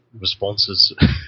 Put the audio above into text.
responses